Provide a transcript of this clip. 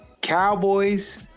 Cowboys